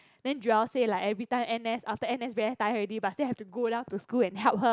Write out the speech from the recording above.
then Joel say like everytime n_s after n_s very tired already but still have to go down to school and help her